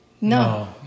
No